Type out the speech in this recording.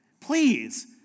please